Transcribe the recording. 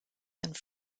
and